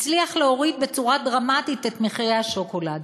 הצליח להוריד דרמטית את מחירי השוקולד.